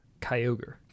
Kyogre